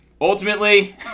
Ultimately